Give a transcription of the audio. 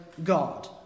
god